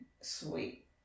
sweet